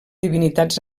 divinitats